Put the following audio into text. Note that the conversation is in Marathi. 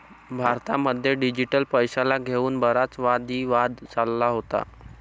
भारतामध्ये डिजिटल पैशाला घेऊन बराच वादी वाद चालला होता